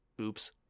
oops